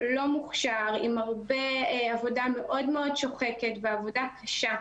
לא מוכשר עם הרבה עבודה מאוד מאוד שוחקת ועבודה קשה.